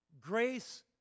grace